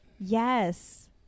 Yes